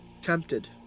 Tempted